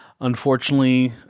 unfortunately